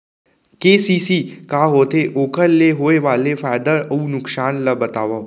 KCC का होथे, ओखर ले होय वाले फायदा अऊ नुकसान ला बतावव?